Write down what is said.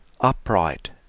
upright